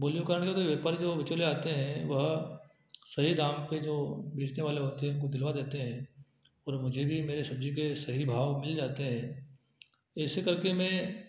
बोलियों के कारण अगर कोई व्यापारी जो चले आते हैं वह सही दाम पर जो बेचनेवाले होते हैं उनको दिलवा देते हैं और मुझे भी मेरे सब्ज़ी के सही भाव मिल जाते हैं ऐसे करके मैं